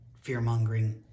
fear-mongering